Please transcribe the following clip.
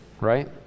right